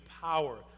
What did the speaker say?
power